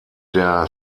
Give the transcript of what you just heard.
der